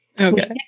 Okay